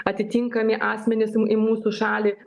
atitinkami asmenys į mūsų šalį